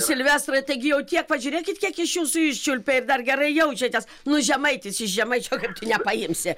silvestrai taigi jau tiek pažiūrėkit kiek iš jūsų iščiulpė ir dar gerai jaučiatės nu žemaitis iš žemaičio kaip tu nepaimsi